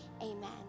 amen